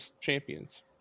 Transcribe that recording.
champions